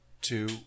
two